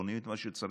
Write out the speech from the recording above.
קונים את מה שצריך.